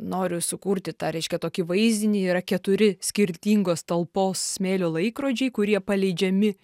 noriu sukurti tą reiškia tokį vaizdinį yra keturi skirtingos talpos smėlio laikrodžiai kurie paleidžiami